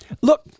Look